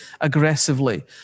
aggressively